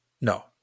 No